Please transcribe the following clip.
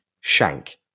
shank